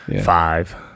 five